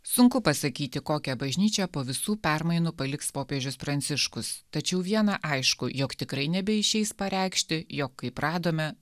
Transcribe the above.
sunku pasakyti kokią bažnyčią po visų permainų paliks popiežius pranciškus tačiau viena aišku jog tikrai nebeišeis pareikšti jog kaip radome